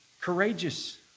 courageous